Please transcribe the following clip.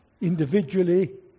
individually